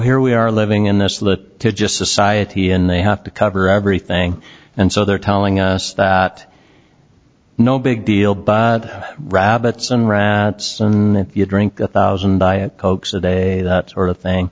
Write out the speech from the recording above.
here we are living in a slip to just society and they have to cover everything and so they're telling us that no big deal but rabbits and rats than you drink a thousand diet cokes a day that sort of thing